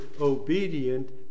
obedient